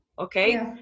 Okay